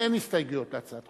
אין הסתייגויות להצעה?